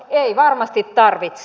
ei varmasti tarvitse